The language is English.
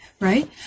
right